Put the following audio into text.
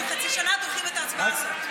אנחנו חצי שנה דוחים את ההצבעה הזאת.